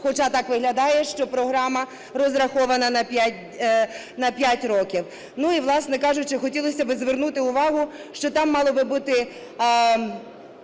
Хоча так виглядає, що програма розрахована на 5 років. Ну, і, власне кажучи, хотілося б звернути увагу, що там мало би бути